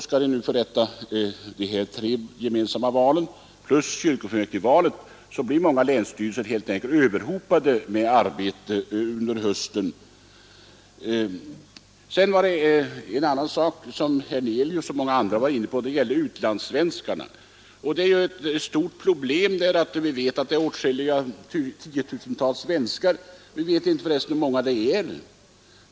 Skall nu tre gemensamma val plus kyrkofullmäktigevalen förrättas blir många länsstyrelser överhopade av arbete under hösten. Herr Hernelius och många andra har tagit upp frågan om utlandssvenskarna. Vi vet inte hur många utlandssvenskar det finns.